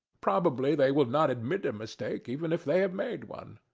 probably they will not admit a mistake even if they have made one.